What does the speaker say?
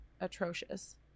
atrocious